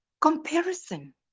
Comparison